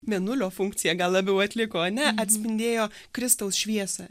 mėnulio funkciją gal labiau atliko ane atspindėjo kristaus šviesą